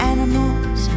Animals